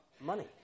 money